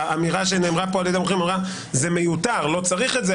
אמירה שנאמרה כאן על ידי מומחים שאמרה שזה מיותר ולא צריך את זה.